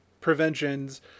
Prevention's